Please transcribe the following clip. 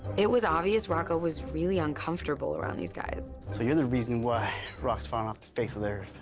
it was obvious rocco was really uncomfortable around these guys. so you're the reason why rock's fallen off the face of the earth.